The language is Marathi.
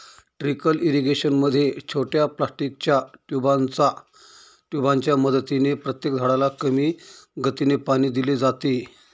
ट्रीकल इरिगेशन मध्ये छोट्या प्लास्टिकच्या ट्यूबांच्या मदतीने प्रत्येक झाडाला कमी गतीने पाणी दिले जाते